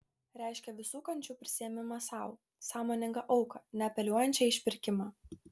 reiškia visų kančių prisiėmimą sau sąmoningą auką neapeliuojančią į išpirkimą